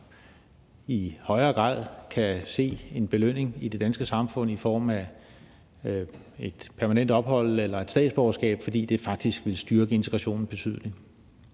i højere grad kan få en belønning i det danske samfund i form af et permanent ophold eller et statsborgerskab, fordi det faktisk vil styrke integrationen betydeligt.